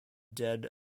dead